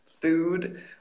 food